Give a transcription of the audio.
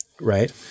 Right